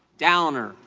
downer,